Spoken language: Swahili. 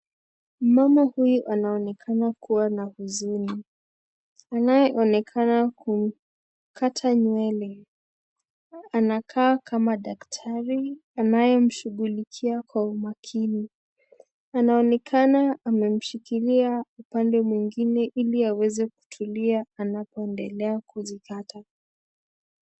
Mama huyu anaonekana kuwa na huzuni. Anayeonekana kukata nywele anakaa kama daktari anayemshughulikia kwa umakini. Anaonekana amemshikilia upande mwingine ili awezekutulia anapoendelea kuzikata.